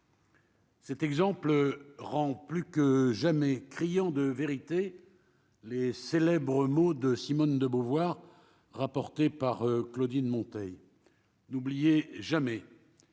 Cet exemple rend plus que jamais, criant de vérité, les célèbres mots de Simone de Beauvoir, rapportée par Claudine Monteil n'oubliez jamais